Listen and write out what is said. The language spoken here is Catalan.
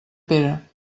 pere